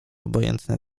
obojętne